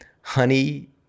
honey